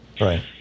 right